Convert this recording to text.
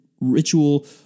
ritual